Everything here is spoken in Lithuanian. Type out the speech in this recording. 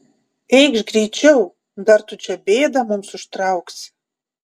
eikš greičiau dar tu čia bėdą mums užtrauksi